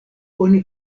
oni